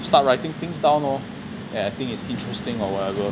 start writing things down lor I think is interesting or whatever